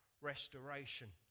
restoration